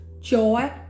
joy